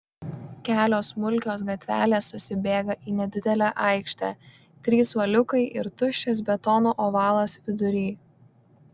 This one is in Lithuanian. kelios smulkios gatvelės susibėga į nedidelę aikštę trys suoliukai ir tuščias betono ovalas vidury